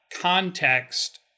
context